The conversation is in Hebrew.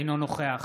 אינו נוכח